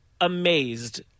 amazed